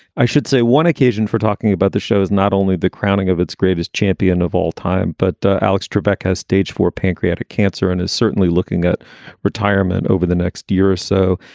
i should say one occasion for talking about the show's not only the crowning of its greatest champion of all time, but alex trebek, host stage four pancreatic cancer and is certainly looking at retirement over the next year or so.